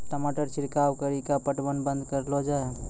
टमाटर छिड़काव कड़ी क्या पटवन बंद करऽ लो जाए?